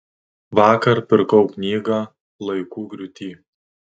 vakar pirkau knygą laikų griūty